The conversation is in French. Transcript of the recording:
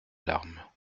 larmes